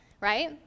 right